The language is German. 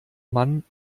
man